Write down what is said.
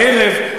הערב,